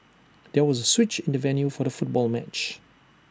there was A switch in the venue for the football match